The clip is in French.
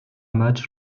matchs